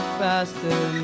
faster